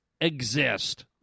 exist